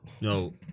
No